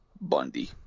Bundy